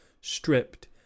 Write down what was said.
stripped